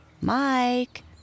Mike